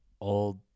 old